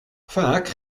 vaak